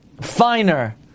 finer